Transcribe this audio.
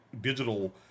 digital